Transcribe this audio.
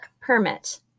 permit